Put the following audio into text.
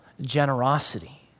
generosity